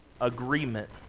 agreement